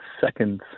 seconds